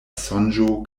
sonĝo